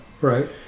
Right